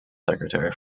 secretary